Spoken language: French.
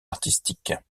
artistiques